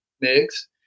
mix